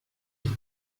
die